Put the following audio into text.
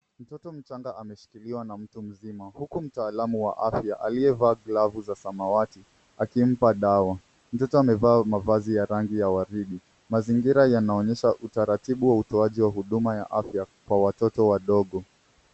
Mtoto mchanga ameshikiliwa na mtu mzima huku mtaalamu wa afya aliyevaa glavu za samawati akimpa dawa. Mtoto amevaa mavazi ya rangi ya waridi. Mazingira yanaonyesha utaratibu wa utoaji wa huduma ya afya kwa watoto wadogo.